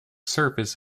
surface